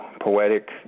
poetic